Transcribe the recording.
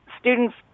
students